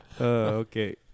Okay